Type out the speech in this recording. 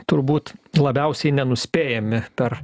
turbūt labiausiai nenuspėjami per